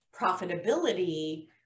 profitability